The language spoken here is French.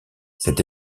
cette